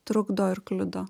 trukdo ir kliudo